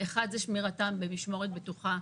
האחת זה שמירתם במשמורת בטוחה.